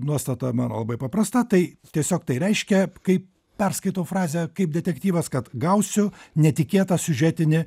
nuostata mano labai paprasta tai tiesiog tai reiškia kaip perskaitau frazę kaip detektyvas kad gausiu netikėtą siužetinę